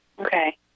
Okay